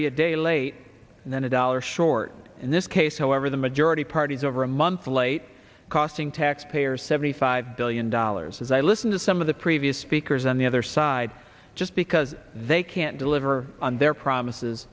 be a day late and then a dollar short in this case however the majority party is over a month late costing taxpayers seventy five billion dollars as i listen to some of the previous speakers on the other side just because they can't deliver on their promises